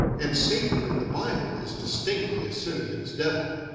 and satan in the bible is distinctly a simian's devil.